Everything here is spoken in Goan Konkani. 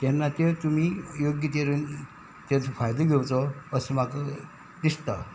तेन्ना ते तुमी योग्य तरेन तेचो फायदो घेवचो असो म्हाका दिसता